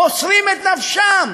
מוסרים את נפשם.